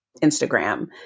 Instagram